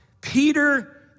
Peter